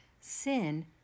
Sin